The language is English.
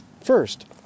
First